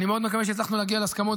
אני מאוד מקווה שהצלחנו להגיע להסכמות,